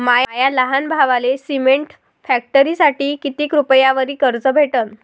माया लहान भावाले सिमेंट फॅक्टरीसाठी कितीक रुपयावरी कर्ज भेटनं?